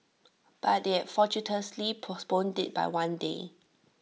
but they had fortuitously postponed IT by one day